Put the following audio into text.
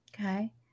Okay